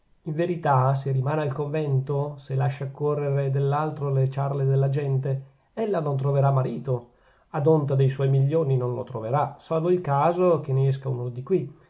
in verità se rimane al convento se lascia correre dell'altro le ciarle della gente ella non troverà marito ad onta de suoi milioni non lo troverà salvo il caso che ne esca uno di qui